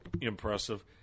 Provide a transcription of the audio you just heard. impressive